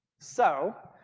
so